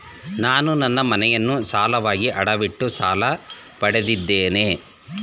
ನಾನು ನನ್ನ ಮನೆಯನ್ನು ಸಾಲವಾಗಿ ಅಡವಿಟ್ಟು ಸಾಲ ಪಡೆದಿದ್ದೇನೆ